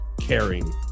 caring